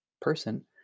person